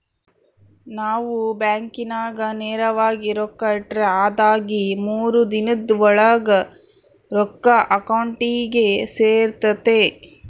ನಾವು ಬ್ಯಾಂಕಿನಾಗ ನೇರವಾಗಿ ರೊಕ್ಕ ಇಟ್ರ ಅದಾಗಿ ಮೂರು ದಿನುದ್ ಓಳಾಗ ರೊಕ್ಕ ಅಕೌಂಟಿಗೆ ಸೇರ್ತತೆ